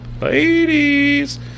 ladies